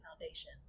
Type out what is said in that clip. foundation